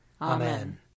Amen